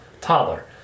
toddler